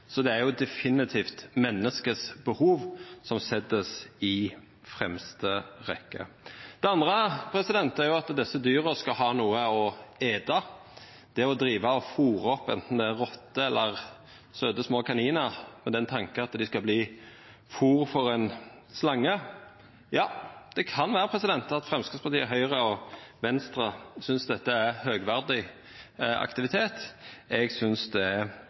så det er definitivt behova hos menneske som vert sett i fremste rekkje. For det andre: Desse dyra skal ha noko å eta. Å fôra opp anten rotter eller søte små kaninar med den tanken at dei skal verta fôr for ein slange – ja, det kan vera at Framstegspartiet, Høgre og Venstre synest dette er høgverdig aktivitet – synest eg er etisk tvilsamt. Det